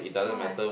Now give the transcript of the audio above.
why